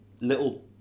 little